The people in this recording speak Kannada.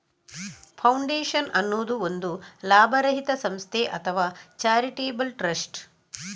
ಫೌಂಡೇಶನ್ ಅನ್ನುದು ಒಂದು ಲಾಭರಹಿತ ಸಂಸ್ಥೆ ಅಥವಾ ಚಾರಿಟೇಬಲ್ ಟ್ರಸ್ಟ್